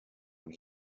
when